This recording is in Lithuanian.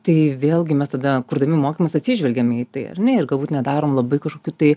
tai vėlgi mes tada kurdami mokymus atsižvelgiame į tai ar ne ir galbūt nedarom labai kažkokių tai